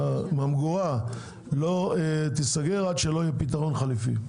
שהממגורה לא תיסגר עד שיהיה פתרון חליפי.